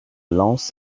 lens